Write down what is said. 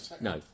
no